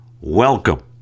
Welcome